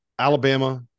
Alabama